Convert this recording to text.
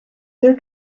their